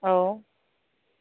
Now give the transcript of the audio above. औ